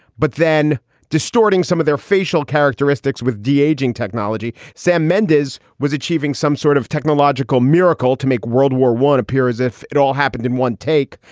but then distorting some of their facial characteristics with deep aging technology. sam mendez was achieving some sort of technological miracle to make world war one appear as if it all happened in one take.